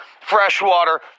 Freshwater